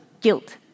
guilt